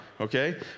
okay